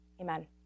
amen